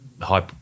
high